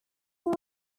have